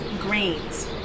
grains